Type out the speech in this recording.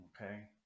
okay